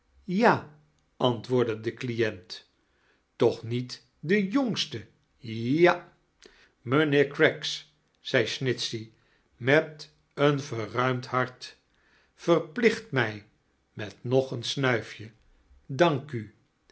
ja antwoordde de client toch niet de jongste ja mijnheeir craggs zei snitchey met een verruimd hart verplicht mij met nog een snuifje dank u